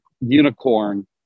unicorn